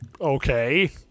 Okay